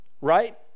right